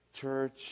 church